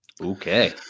okay